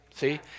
See